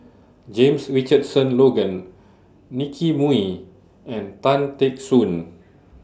James Richardson Logan Nicky Moey and Tan Teck Soon